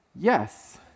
Yes